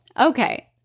Okay